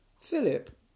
Philip